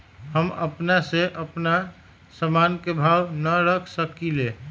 हमनी अपना से अपना सामन के भाव न रख सकींले?